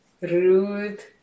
rude